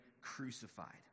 crucified